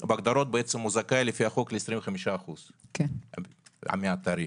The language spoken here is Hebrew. בהגדרות זכאי לפי החוק ל-25% מהתעריף.